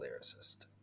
lyricist